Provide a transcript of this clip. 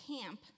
camp